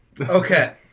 Okay